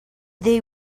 they